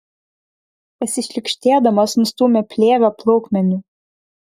pasišlykštėdamas nustūmė plėvę plaukmeniu